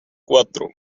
cuatro